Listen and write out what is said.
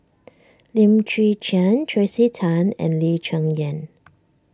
Lim Chwee Chian Tracey Tan and Lee Cheng Yan